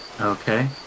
Okay